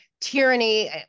tyranny